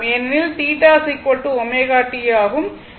ஏனெனில் θ ω t ஆகும்